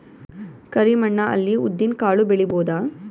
ಕರಿ ಮಣ್ಣ ಅಲ್ಲಿ ಉದ್ದಿನ್ ಕಾಳು ಬೆಳಿಬೋದ?